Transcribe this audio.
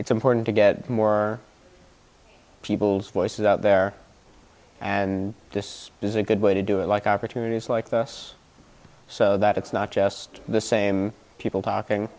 it's important to get more people's voices out there and this is a good way to do it like opportunities like this so that it's not just the same people talking